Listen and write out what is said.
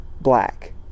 black